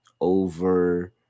over